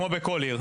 כמו בכל עיר,